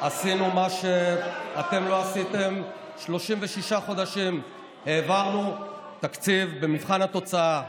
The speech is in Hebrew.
עשינו מה שאתם לא עשיתם 36 חודשים: העברנו תקציב במבחן התוצאה.